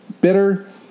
bitter